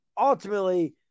Ultimately